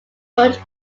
but